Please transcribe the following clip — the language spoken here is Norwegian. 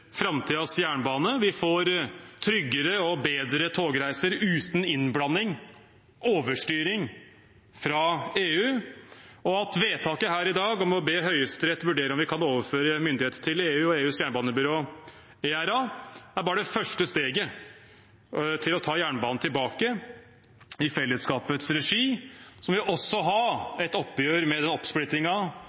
jernbane. Vi får tryggere og bedre togreiser uten innblanding, overstyring fra EU, og vedtaket her i dag om å be Høyesterett vurdere om vi kan overføre myndighet til EU og EUs jernbanebyrå, ERA, er bare det første steget for å ta jernbanen tilbake i fellesskapets regi. Så må vi også ha et oppgjør med den